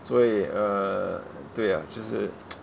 所以 err 对 ah 就是